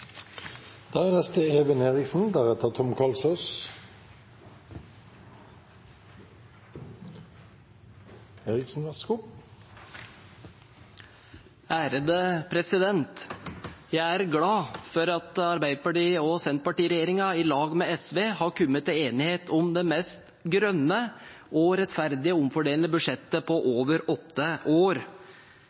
Jeg er glad for at Arbeiderparti–Senterparti-regjeringen i lag med SV har kommet til enighet om det mest grønne, rettferdige og omfordelende budsjettet på over åtte år.